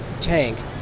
tank